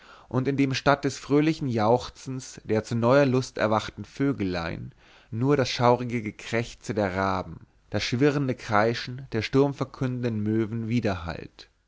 und in dem statt des fröhlichen jauchzens der zu neuer lust erwachten vögelein nur das schaurige gekrächze der raben das schwirrende kreischen der sturmverkündenden möwen widerhallt